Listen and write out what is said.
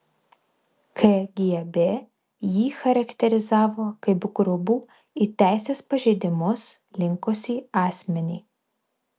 kgb jį charakterizavo kaip grubų į teisės pažeidimus linkusį asmenį